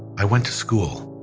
i went to school,